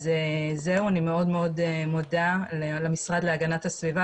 אני מאוד מאוד מודה למשרד להגנת הסביבה